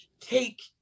take